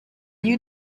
you